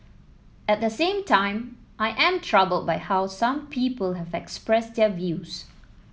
at the same time I am troubled by how some people have expressed their views